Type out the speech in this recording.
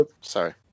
sorry